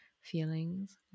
feelings